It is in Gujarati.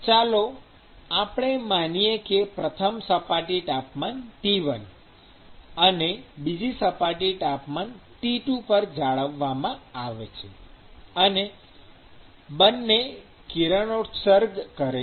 ચાલો આપણે માનીએ કે પ્રથમ સપાટી તાપમાન T1 અને બીજી સપાટી T2 પર જાળવવામાં આવેલ છે અને બંને કિરણોત્સર્ગ કરે છે